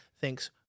thinks